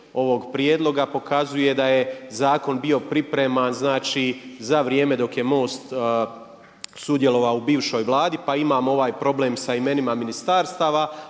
ovog prijedloga pokazuje da je zakon bio pripreman znači za vrijeme dok je MOST sudjelovao u bivšoj Vladi, pa imamo ovaj problem sa imenima ministarstava